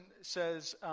says